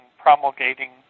promulgating